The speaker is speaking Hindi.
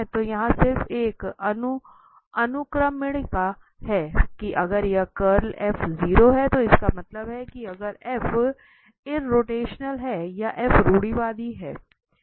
तो यहाँ सिर्फ एक अनुक्रमणिका है कि अगर यह कर्ल 0 है तो इसका मतलब है कि अगर ईरर्रोटेशनल है या रूढ़िवादी है